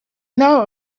know